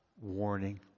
warning